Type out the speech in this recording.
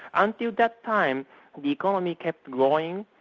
until that time, the economy kept growing,